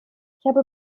habe